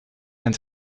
and